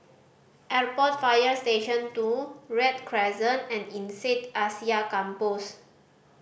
Airport Fire Station Two Read Crescent and INSEAD Asia Campus